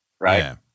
Right